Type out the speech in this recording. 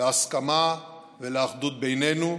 להסכמה ולאחדות בינינו,